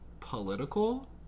political